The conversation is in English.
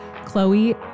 Chloe